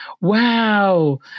wow